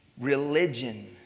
Religion